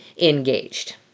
engaged